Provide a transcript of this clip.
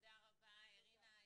תודה רבה, רינה.